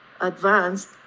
advanced